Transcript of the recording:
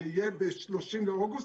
זה יהיה ב-30 באוגוסט.